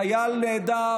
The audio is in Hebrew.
חייל נעדר,